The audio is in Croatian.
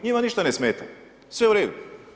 Njima ništa ne smeta, sve uredu.